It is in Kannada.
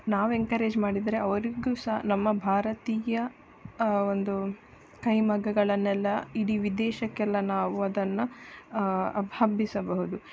ನಾವು ಎನ್ಕರೇಜ್ ಮಾಡಿದರೆ ಅವರಿಗು ಸಹ ನಮ್ಮ ಭಾರತೀಯ ಒಂದು ಕೈಮಗ್ಗಗಳನ್ನೆಲ್ಲ ಇಡೀ ವಿದೇಶಕ್ಕೆಲ್ಲ ನಾವು ಅದನ್ನು ಹಬ್ ಹಬ್ಬಿಸಬಹುದು